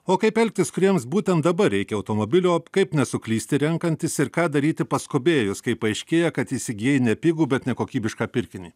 o kaip elgtis kuriems būtent dabar reikia automobilio kaip nesuklysti renkantis ir ką daryti paskubėjus kai paaiškėja kad įsigijai nepigų bet nekokybišką pirkinį